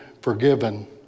forgiven